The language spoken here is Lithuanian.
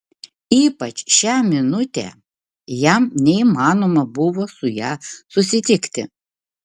ypač šią minutę jam neįmanoma buvo su ja susitikti